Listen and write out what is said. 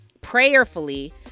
prayerfully